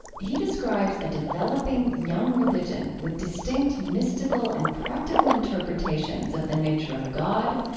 he describes a developing young religion with distinct, mystical, and practical interpretations of the nature of god,